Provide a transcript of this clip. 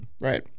Right